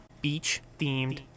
beach-themed